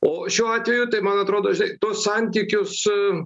o šiuo atveju tai man atrodo žinai tuos santykius